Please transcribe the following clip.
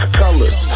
colors